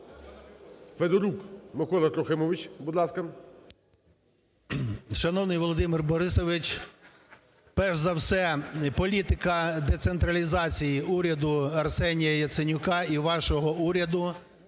Федорук Микола Трохимович, будь ласка.